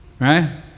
Right